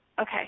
Okay